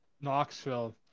Knoxville